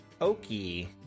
Okie